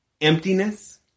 emptiness